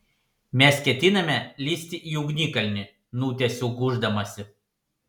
mes ketiname lįsti į ugnikalnį nutęsiau gūždamasi